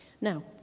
Now